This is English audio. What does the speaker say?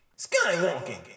Skywalking